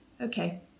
Okay